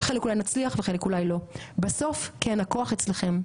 חלק אולי נצליח וחלק אולי לא בסוף כן, הכוח אצלכם,